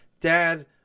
Dad